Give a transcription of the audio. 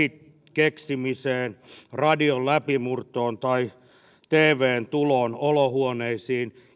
keksimiseen radion läpimurtoon tai tvn tuloon olohuoneisiin